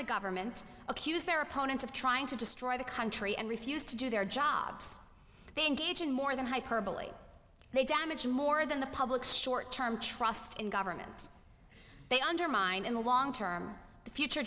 the government accuse their opponents of trying to destroy the country and refuse to do their jobs they engage in more than hyperbole they damage more than the public's short term trust in government they undermine in the long term the future